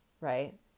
Right